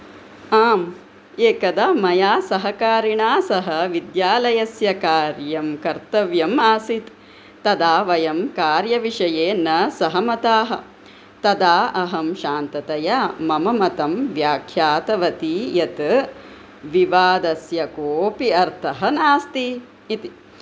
आम् एकदा मया सहकारिणा सह विद्यालयस्य कार्यं कर्तव्यम् आसीत् तदा वयं कार्यविषये न सहमताः तदा अहं शान्ततया मम मतं व्याख्यातवती यत् विवादस्य कोऽपि अर्थः नास्ति इति